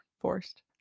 forced